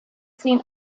seen